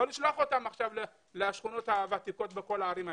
לא לשלוח אותם עכשיו לשכונות הוותיקות בכל הערים האלה.